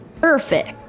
Perfect